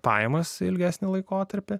pajamas ilgesnį laikotarpį